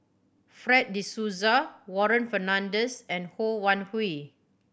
Fred De Souza Warren Fernandez and Ho Wan Hui